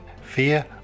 fear